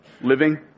living